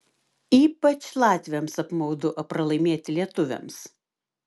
ypač latviams apmaudu pralaimėti lietuviams